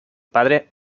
padre